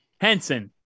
Henson